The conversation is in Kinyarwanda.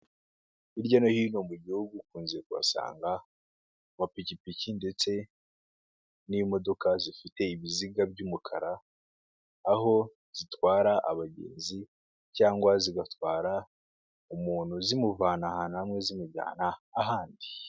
Hirya no hino mu gihugu, ukunze kuhasanga amapikipiki ndetse n'imodoka zifite ibiziga by'umukara, aho zitwara abagenzi cyangwa zigatwara umuntu zimuvana ahantu hamwe zimujyana ahandi.